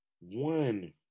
one